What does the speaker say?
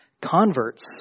converts